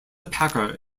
packer